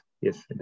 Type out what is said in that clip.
Yes